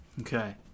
Okay